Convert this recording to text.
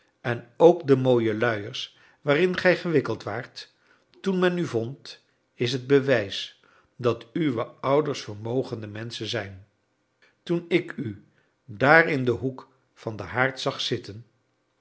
en ook de mooie luiers waarin gij gewikkeld waart toen men u vond is het bewijs dat uwe ouders vermogende menschen zijn toen ik u daar in den hoek van den haard zag zitten